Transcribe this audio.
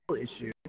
issue